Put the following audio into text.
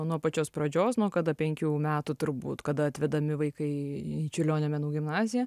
nuo pačios pradžios nuo kada penkių metų turbūt kada atvedami vaikai į čiurlionio menų gimnaziją